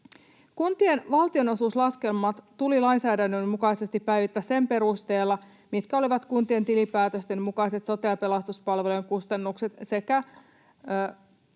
Kuntien valtionosuuslaskelmat tuli lainsäädännön mukaisesti päivittää sen perusteella, mitkä olivat kuntien tilinpäätösten mukaiset sote- ja pelastuspalvelujen kustannukset sekä